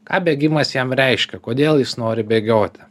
ką bėgimas jam reiškia kodėl jis nori bėgioti